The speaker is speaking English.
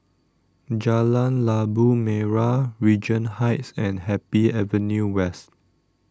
Jalan Labu Merah Regent Heights and Happy Avenue West